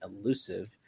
Elusive